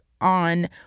On